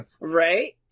Right